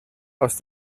aus